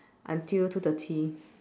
until two thirty